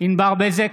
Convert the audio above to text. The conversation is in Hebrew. ענבר בזק,